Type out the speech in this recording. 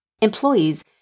Employees